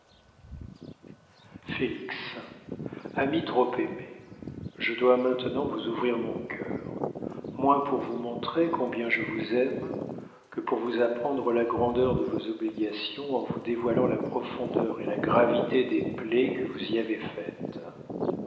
félix ami trop aimé je dois maintenant vous ouvrir mon cœur moins pour vous montrer combien je vous aime que pour vous apprendre la grandeur de vos obligations en vous dévoilant la profondeur et la gravité des plaies que vous y avez faites